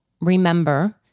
Remember